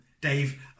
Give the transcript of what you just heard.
Dave